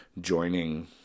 joining